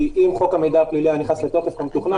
כי אם חוק המידע הפלילי היה נכנס לתוקף כמתוכנן,